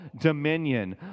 dominion